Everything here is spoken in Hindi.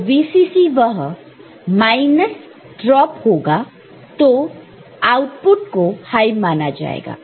तो VCC वह माइनस ड्रॉप होगा तो आउटपुट को हाय माना जाएगा